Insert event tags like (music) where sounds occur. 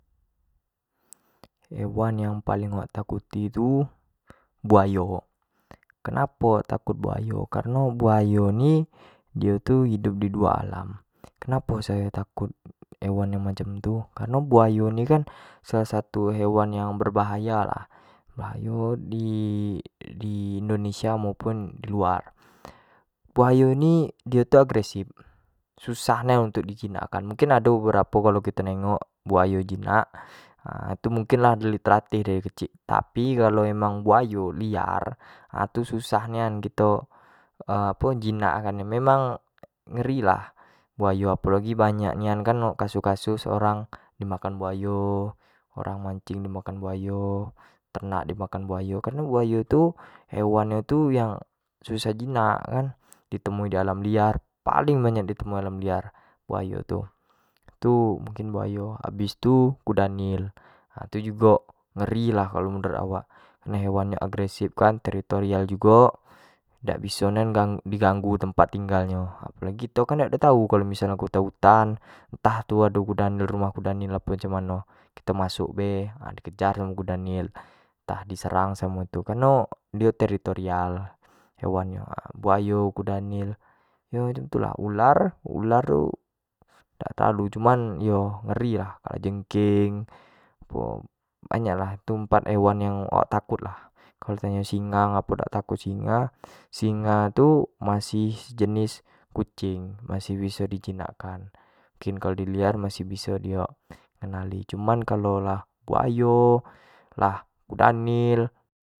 Hewan yang paling awk takuti buayo, kenapo awak takut buayo, kareno buayo ni dio tu hidup di dua alam, kenapo sayo takut hewan yang macam tu kareno buayo ni kan salah satu hewan yang berbahaya lah, bahayo di- di indonesia maupun di luar buayo ni dio tu agresif susah nian untuk di jinakkan mungkin ado beberapo kalua kio negok buayo jinak (hesitation) itu mungkin lah terlatih dari kecik, tapi kalau yang emang buayo liar (hesitation) itu susah nian kito (hesitation) jinak kan nyo, memang ngeri lah buayo apo lagi banyak nian kan kasus- kasus orang di makan buayo, orang mincing di makan buayo, ternak di makan buayo, buayo tu hewan nyo yang susah jinak kan di temui di alam liar kan, paling banyak di temui di alam liar buayo tu, tu mungkin buayo, habis tu kuda nil tu jugo ngeri lah kalau menurut awak, hewan yang agresif kan, territorial jugo, dak biso nian di- di ganggu tempat tinggal nyo, apo lagi kito dak tau missal nyo ke hutan- hutan, entah itu ado kuda nil rumah kuda nil macam mano, kito masuk bae (hesitation) di kejar samo kuda nil, entah di erang samo itu, kareno, dio territorial hewan nyo, buayo, kuda nil yo macam tu lah, ular- ular tu dak terlalu cuman yo ngeri lah, kalajengking banyak lah, itu empat hewan yang awak takut lah, kalau di tanyo singa ngapo dak takut singa, siga tu masih sejenis kucing, masih biso di jinak kan, mungkin kalau di liar masih bido dio kenali, cuma kalau lah buayo kuda nil